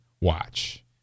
watch